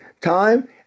time